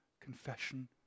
confession